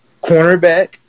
cornerback